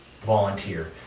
volunteer